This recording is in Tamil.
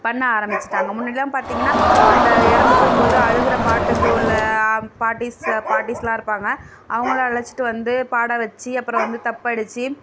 பண்ண ஆரமித்திட்டாங்க முன்னாடிலாம் பார்த்திங்கன்னா அந்த இறந்து போகும்போது அழற பாட்டுக்கு உள்ள பாட்டிஸ் பாட்டிஸ்லாம் இருப்பாங்க அவங்கள அழைச்சிட்டு வந்து பாட வச்சு அப்புறம் வந்து தப்பு அடிச்சு